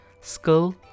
skull